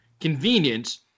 convenience